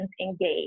engage